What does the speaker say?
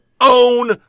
own